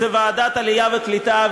ועדת העלייה והקליטה,